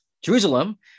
Jerusalem